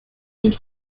and